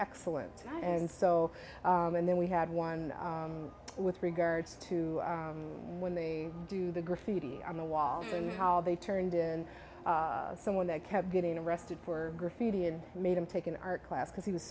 excellent and so and then we had one with regard to when they do the graffiti on the wall and how they turned in someone that kept getting arrested for graffiti and made him take an art class because he was